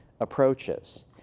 approaches